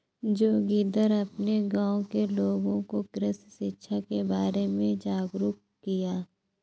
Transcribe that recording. जोगिंदर अपने गांव के लोगों को कृषि शिक्षा के बारे में जागरुक किया